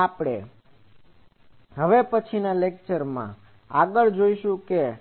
અહીંથી હવે પછીનાં લેક્ચરમાં આપણે આગળ વધીશું